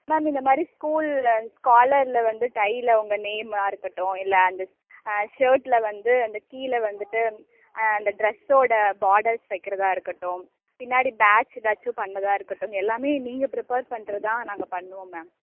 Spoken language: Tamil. மேம் இந்த மாதிரி ஸ்கூலில் காலரில் வந்து டையில் உங்கள் நேமாக இருக்கட்டும் இல்லை அந்த ஷேர்ட்டில் வந்து அந்த கீழே வந்துட்டு அந்த ட்ரெஸ்ஸோடய பார்டர்ஸ் வைக்கிறதாக இருக்கட்டும் பின்னாடி பேட்ச் ஏதாச்சும் பண்ணுறதா இருக்கட்டும் எல்லாமே நீங்கள் ப்ரிபேர் பண்ணுறது தான் நாங்கள் பண்ணுவோம் மேம்